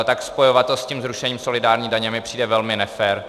Tak spojovat to s tím zrušení solidární daně mi přijde velmi nefér.